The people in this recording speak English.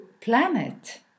planet